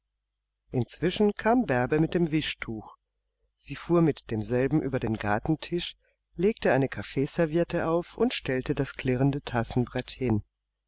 inzwischen kam bärbe mit dem wischtuch sie fuhr mit demselben über den gartentisch legte eine kaffeeserviette auf und stellte das klirrende tassenbrett hin